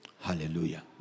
Hallelujah